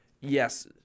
yes